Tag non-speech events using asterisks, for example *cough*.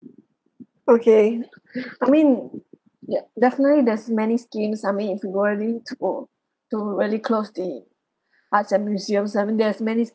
okay *breath* I mean ya definitely there's so many schemes somebody have to voluntary to to really close the arts and museums I mean there's many